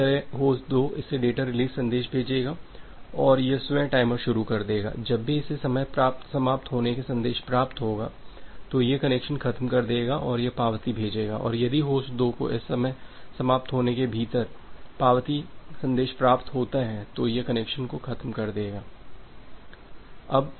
इसी तरह होस्ट 2 इसे डेटा रिलीज़ संदेश भेजेगा और यह स्वयं टाइमर शुरू कर देगा जब भी इसे समय समाप्त होने का संदेश प्राप्त होगा तो यह कनेक्शन ख़त्म कर देगा और यह पावती भेजेगा और यदि होस्ट 2 को इस समय समाप्त होने के भीतर पावती संदेश प्राप्त होता है तो यह कनेक्शन को ख़त्म कर देगा